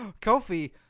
Kofi